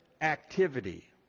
activity